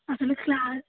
అసలు క్లాస్